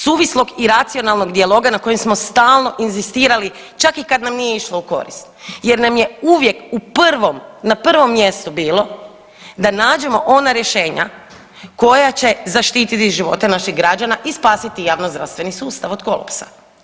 Suvislog i racionalnog dijaloga na kojem smo stalno inzistirali čak i kad nam nije išlo u korist jer nam je uvijek u prvom, na prvom mjestu bilo da nađemo ona rješenja koja će zaštiti živote naših građana i spasiti javnozdravstveni sustav od kolapsa.